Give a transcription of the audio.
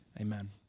Amen